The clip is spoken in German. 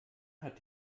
hat